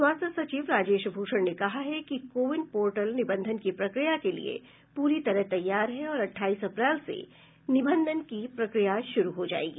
स्वास्थ्य सचिव राजेश भूषण ने कहा है कि कोविन पोर्टल निबंधन की प्रक्रिया के लिए प्ररी तरह तैयार है और अट्ठाईस अप्रैल से निबंधन की प्रक्रिया शुरू हो जायेगी